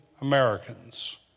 Americans